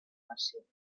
fàcil